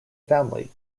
family